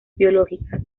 biológicas